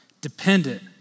dependent